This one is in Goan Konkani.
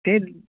तें